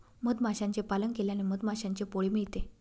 मधमाशांचे पालन केल्याने मधमाशांचे पोळे मिळते